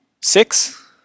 six